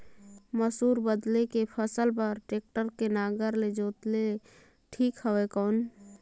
मसूर बदले के फसल बार टेक्टर के नागर ले जोते ले ठीक हवय कौन?